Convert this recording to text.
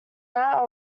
that